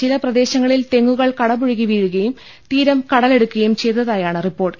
ചില പ്രദേ ശങ്ങളിൽ തെങ്ങുകൾ കടപുഴകി വീഴുകയും തീർം കടലെടുക്കു കയും ചെയ്തതായാണ് റിപ്പോർട്ട്